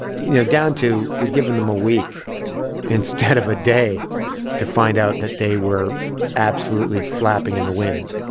you know, down to if you'd given them a week instead of a day to find out that they were absolutely flapping in the wind,